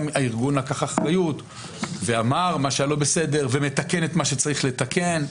הארגון לקח אחריות ואמר מה שהיה לא בסדר ומתקן את מה שצריך לתקן.